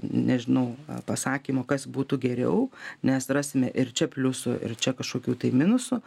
nežinau pasakymo kas būtų geriau nes rasime ir čia pliusų ir čia kažkokių tai minusų